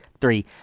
three